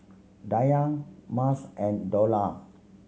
Dayang Mas and Dollah